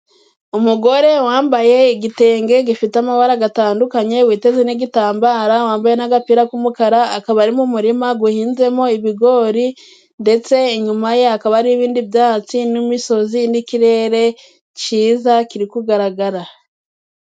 Umugore wambaye igitenge gifite amabara gatandukanye witeze n'igitambara, wambaye n'agapira k'umukara, akaba ari mu murima guhinzemo ibigori. Ndetse inyuma ye hakaba hari ibindi byatsi n'imisozi n'ikirere ciza kiri kugaragara.